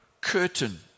curtain